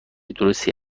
درستی